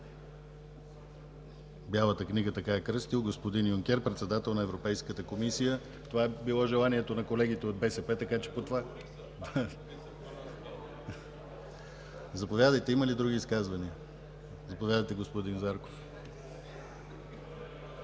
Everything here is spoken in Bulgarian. Бялата книга – така я е кръстил господин Юнкер, председател на Европейската комисия. Това е било желанието на колегите от БСП. (Шум и реплики.) Има ли други изказвания? Заповядайте, господин Зарков.